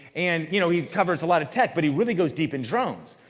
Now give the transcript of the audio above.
and you know he covers a lot of tech, but he really goes deep in drones.